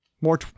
More